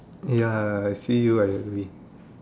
ya I see you I angry